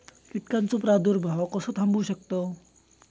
कीटकांचो प्रादुर्भाव कसो थांबवू शकतव?